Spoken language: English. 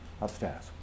upstairs